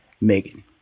Megan